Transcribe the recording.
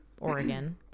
Oregon